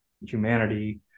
humanity